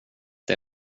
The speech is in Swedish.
det